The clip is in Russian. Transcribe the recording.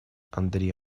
андрей